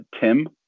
Tim